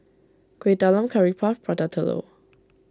Kueh Talam Curry Puff Prata Telur